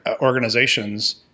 organizations